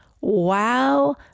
Wow